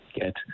get